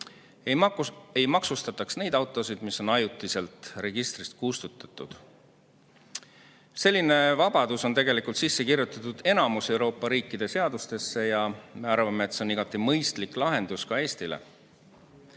ei maksustataks neid autosid, mis on ajutiselt registrist kustutatud. Selline vabadus on sisse kirjutatud enamiku Euroopa riikide seadustesse ja me arvame, et see oleks igati mõistlik lahendus ka Eestile.